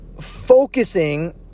focusing